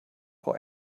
frau